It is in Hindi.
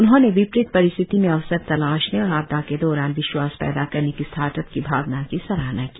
उन्होंने विपरीत परिस्थिति में अवसर तलाशने और आपदा के दौरान विश्वास पैदा करने की स्टार्टअप की भावना की सराहना की